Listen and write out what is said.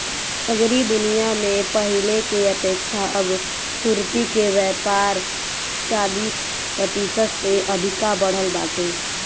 सगरी दुनिया में पहिले के अपेक्षा अब सुर्ती के व्यापार चालीस प्रतिशत से अधिका बढ़ल बाटे